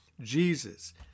Jesus